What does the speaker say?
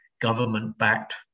government-backed